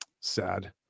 sad